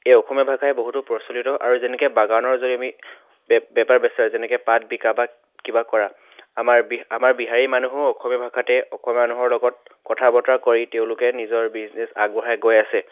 এই অসমীয়া ভাষাই বহুতো প্ৰচলিত আৰু যেনেকৈ বাগানৰ যদি আমি বে বেপাৰ বেচাৰ যেনেকৈ পাত বিকা বা কিবা কৰা আমাৰ বি আমাৰ বিহাৰী মানুহো অসমীয়া ভাষাতে অসমীয়া মানুহৰ লগত কথা বতৰা কৰি তেওঁলোকে নিজৰ বিজনেছ আগবঢ়াই গৈ আছে